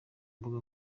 mbuga